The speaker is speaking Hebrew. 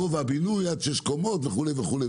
גובה הבינוי עד שש קומות' וכולי.